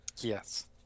Yes